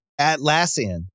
Atlassian